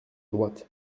droite